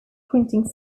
printing